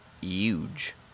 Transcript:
huge